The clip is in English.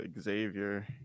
Xavier